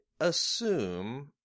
assume